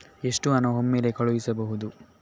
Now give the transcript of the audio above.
ಎಷ್ಟು ಹಣ ಒಮ್ಮೆಲೇ ಕಳುಹಿಸಬಹುದು?